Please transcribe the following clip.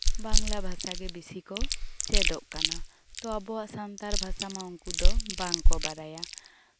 ᱵᱟᱝᱞᱟ ᱵᱷᱟᱥᱟ ᱜᱮ ᱵᱮᱥᱤ ᱠᱚ ᱪᱮᱫᱚᱜ ᱠᱟᱱᱟ ᱛᱚ ᱟᱵᱚᱣᱟᱜ ᱥᱟᱱᱛᱟᱲ ᱵᱷᱟᱥᱟ ᱢᱟ ᱩᱱᱠᱩ ᱫᱚ ᱵᱟᱝᱠᱚ ᱵᱟᱲᱟᱭᱟ